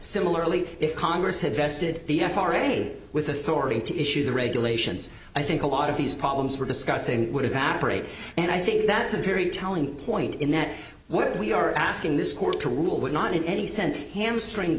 similarly if congress had vested the f r a with authority to issue the regulations i think a lot of these problems we're discussing would evaporate and i think that's a very telling point in that what we are asking this court to rule would not in any sense hamstring